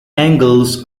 angles